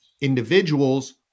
individuals